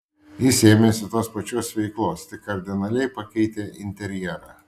jis ėmėsi tos pačios veiklos tik kardinaliai pakeitė interjerą